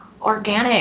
organic